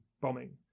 bombing